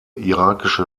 irakische